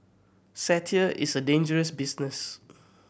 satire is a dangerous business